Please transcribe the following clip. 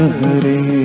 hari